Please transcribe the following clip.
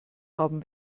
haben